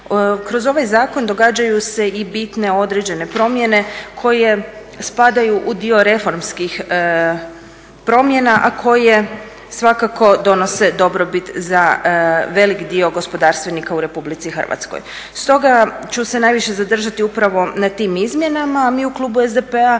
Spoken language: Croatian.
kroz ovaj zakon događaju se i bitne određene promjene koje spadaju u dio reformskih promjena, a koje svakako donose dobrobit za velik dio gospodarstvenika u Republici Hrvatskoj. Stoga ću se najviše zadržati upravo na tim izmjenama, a mi u klubu SDP-a